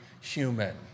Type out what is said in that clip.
human